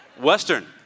Western